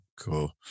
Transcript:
cool